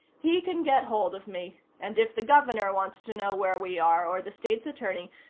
he can get hold of me and if the governor wants to know where we are, or the state's attorney,